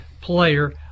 player